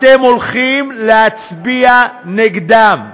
אתם הולכים להצביע נגדם.